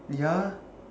ya